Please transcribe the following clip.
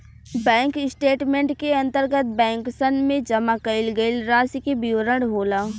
bank statement के अंतर्गत बैंकसन में जमा कईल गईल रासि के विवरण होला